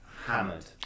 hammered